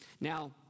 Now